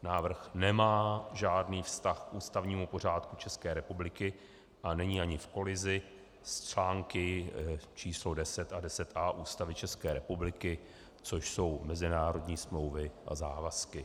Návrh nemá žádný vztah k ústavnímu pořádku České republiky a není ani v kolizi s články č. 10 a 10a Ústavy České republiky, což jsou mezinárodní smlouvy a závazky.